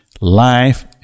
life